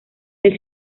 del